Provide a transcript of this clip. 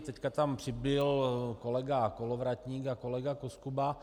Teď tam přibyl kolega Kolovratník a kolega Koskuba.